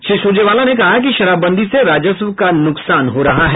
श्री सूरजेवाला ने कहा कि शराबबंदी से राजस्व का नुकसान हो रहा है